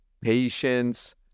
patience